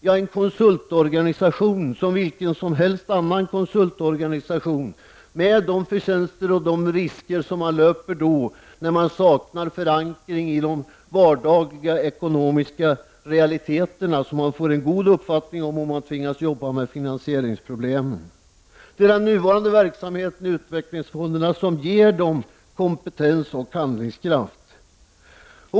Jo, en konsultorganisation som vilken annan konsultorganisation som helst med de förtjänster och de risker som man löper då man saknar förankring i de vardagliga ekonomiska realiteterna, som man får en god uppfattning om, om man tvingas arbeta med finansieringsproblemen. Det är den nuvarande verksamheten i utvecklingsfonderna som ger dem kompetens och handlingskraft.